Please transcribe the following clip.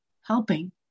helping